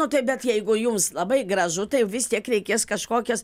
nu tai bet jeigu jums labai gražu tai vis tiek reikės kažkokias